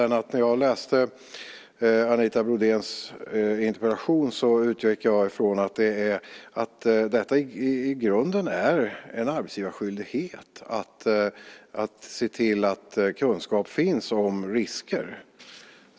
När jag läste Anita Brodéns interpellation utgick jag från att det i grunden är en arbetsgivarskyldighet att se till att kunskap finns om risker.